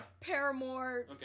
Paramore